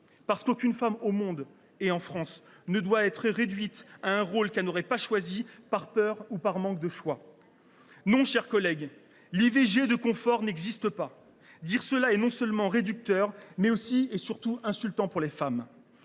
Parce qu’aucune femme, en France et dans le monde, ne doit être réduite à un rôle qu’elle n’a pas choisi, par peur ou par manque de choix. Non, cher collègue, « l’IVG de confort » n’existe pas ! De tels propos sont non seulement réducteurs, mais aussi et surtout insultants pour les femmes.